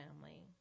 family